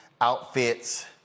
outfits